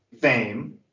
Fame